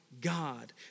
God